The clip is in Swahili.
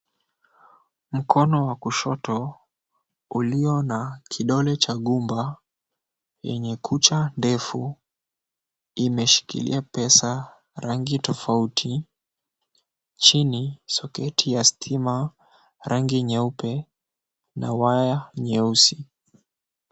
Mkono wa kushoto, ulio na kidole cha gumba, yenye kucha ndefu, imeshikilia pesa rangi tofauti. Chini, soketi ya stima, rangi nyeupe na waya nyeusi.